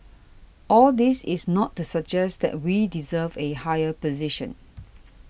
all this is not to suggest that we deserve a higher position